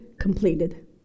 completed